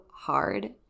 hard